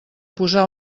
posar